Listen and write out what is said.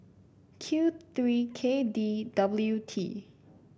Q three K D W T